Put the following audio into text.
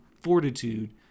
fortitude